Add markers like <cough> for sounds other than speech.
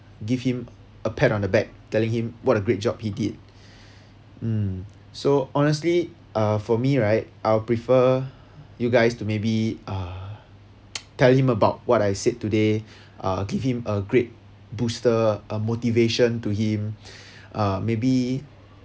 give him a pat on the back telling him what a great job he did <breath> mm so honestly uh for me right I'll prefer you guys to maybe uh <noise> tell him about what I said today <breath> uh give him a great booster a motivation to him <breath> uh maybe